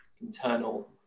internal